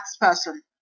person